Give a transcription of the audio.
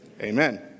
amen